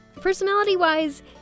personality-wise